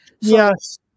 Yes